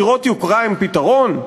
דירות יוקרה הן פתרון?